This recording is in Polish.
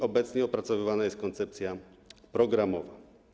Obecnie opracowywana jest koncepcja programowa.